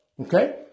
okay